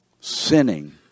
sinning